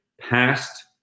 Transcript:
past